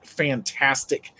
fantastic